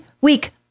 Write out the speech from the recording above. week